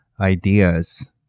ideas